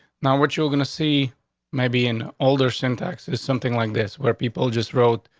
now what you're going to see maybe in older syntax is something like this where people just wrote,